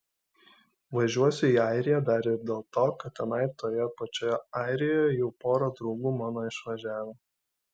važiuosiu į airiją dar ir dėl to kad tenai toje pačioje airijoje jau pora draugų mano išvažiavę